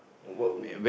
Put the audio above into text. what were you